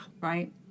Right